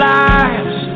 lives